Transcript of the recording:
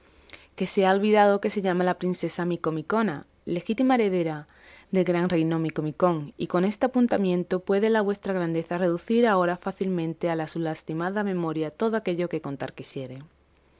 que se ha olvidado que se llama la princesa micomicona legítima heredera del gran reino micomicón y con este apuntamiento puede la vuestra grandeza reducir ahora fácilmente a su lastimada memoria todo aquello que contar quisiere